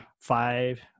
five